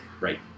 Right